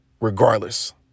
Regardless